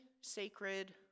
sacred